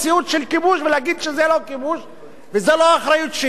של כיבוש ולהגיד שזה לא כיבוש וזה לא אחריות שלי.